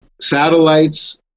satellites